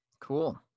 cool